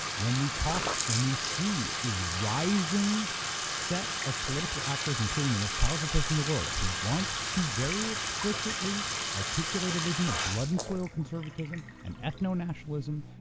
when we talk, when see a rising set of political actors, including the most powerful person in the world who wants to very explicitly articulate a vision of blood-and-soil conservatism and ethno-nationalism,